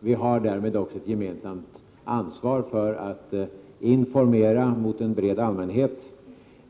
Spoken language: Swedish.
Vi har därmed också ett gemensamt ansvar för att informera en bred allmänhet.